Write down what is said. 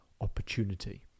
opportunity